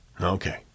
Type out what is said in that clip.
Okay